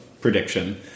prediction